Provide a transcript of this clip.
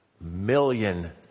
million